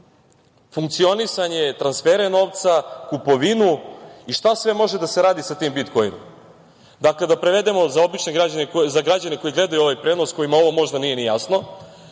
funkcionisanje transfere novca, kupovinu i šta sve može da se radi sa tim bitkoinom? Dakle, da prevedemo za obične građane koji gledaju ovaj prenos, kojima ovo možda nije ni jasno,